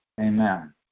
Amen